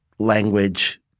language